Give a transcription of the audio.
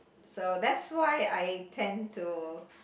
so that's why I tend to